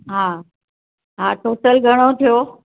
हा हा टोटल घणो थियो